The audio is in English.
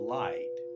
light